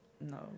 No